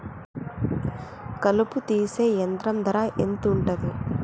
కలుపు తీసే యంత్రం ధర ఎంతుటది?